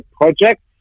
project